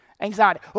Anxiety